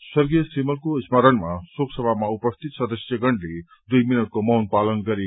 स्वर्गीय श्रीमलको स्मरणमा शोकसभामा उपस्थित सदस्यगणले दुइ मिनटको मौन पालन गरे